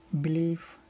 Believe